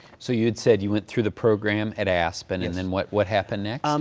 so you had said, you went through the program at aspen, and then what what happened next? um